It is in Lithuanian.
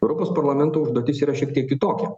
europos parlamento užduotis yra šiek tiek kitokia